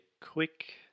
quick